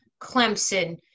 clemson